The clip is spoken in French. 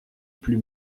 plus